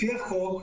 לפי החוק,